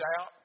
out